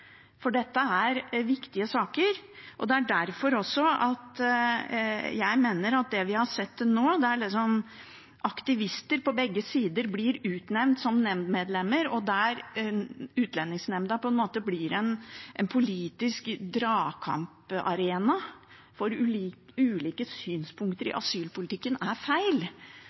for dette er viktige saker. Det er derfor jeg mener at det vi har sett til nå, at aktivister på begge sider blir utnevnt som nemndmedlemmer, og der Utlendingsnemnda blir en arena for politisk dragkamp om ulike synspunkt i asylpolitikken, er feil.